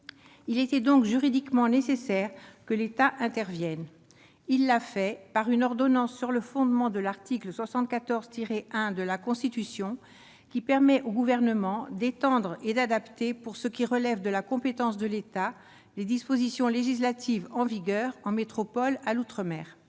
Il était donc juridiquement nécessaire que l'État intervienne. Il l'a fait, par une ordonnance prise sur le fondement de l'article 74-1 de la Constitution, qui permet au Gouvernement d'étendre et d'adapter, pour ce qui relève de la compétence de l'État, les dispositions législatives en vigueur en métropole à l'outre-mer.